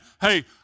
hey